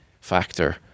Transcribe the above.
factor